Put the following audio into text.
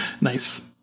Nice